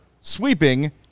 sweeping